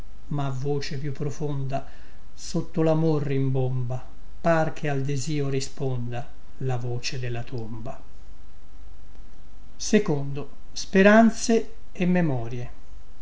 ma voce più profonda sotto lamor rimbomba par che al desìo risponda la voce della tomba